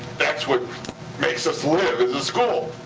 that's what makes us live as a school.